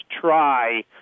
try